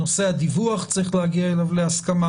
צריך להגיע להסכמה